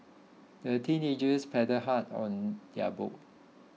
the teenagers paddled hard on their boat